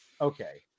okay